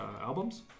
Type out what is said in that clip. albums